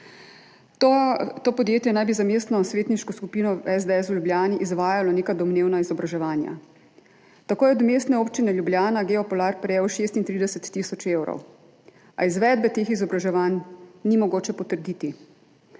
To podjetje naj bi za mestno svetniško skupino SDS v Ljubljani izvajalo neka domnevna izobraževanja. Tako je od Mestne občine Ljubljana Geopolar prejel 36 tisoč evrov, a izvedbe teh izobraževanj ni mogoče potrditi.